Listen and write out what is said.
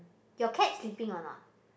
your cat sleeping or not